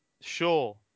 Sure